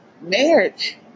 marriage